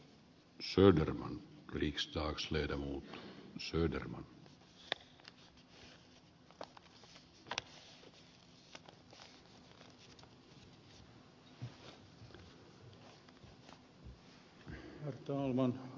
herr talman arvoisa puhemies